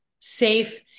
safe